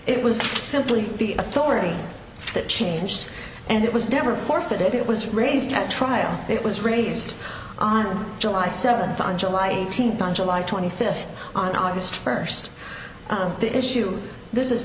it was simply the authority that changed and it was never forfeited it was raised to the trial it was raised on july seventh on july eighteenth on july twenty fifth on august first the issue